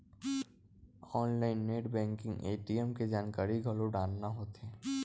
online net banking ATM के जानकारी घलो डारना होथे